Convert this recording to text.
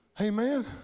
Amen